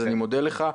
אז אני מודה לך.